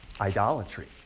idolatry